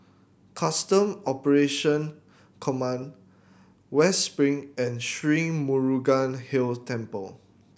Custom Operation Command West Spring and Sri Murugan Hill Temple